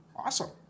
awesome